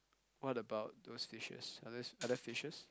what about those fishes are those are there fishes